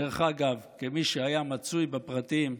דרך אגב, כמי שהיה מצוי בפרטים,